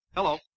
Hello